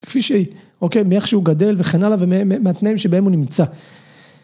כפי שהיא, אוקיי, מאיך שהוא גדל וכן הלאה ומהתנאים שבהם הוא נמצא.